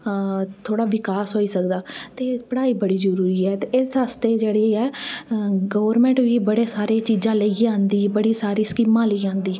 थोह्ड़ा विकास होई सकदा ते पढ़ाई बड़ी जरूरी ऐ ते इस आस्तै जेह्ड़े गौरमेंट एह् बड़ी सारी चीज़ां लेइयै आंदी ऐ ते बड़ी सारी स्कीमां लेई आंदी